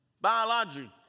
Biology